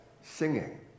singing